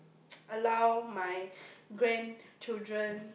allow my grandchildren